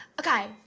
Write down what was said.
okay,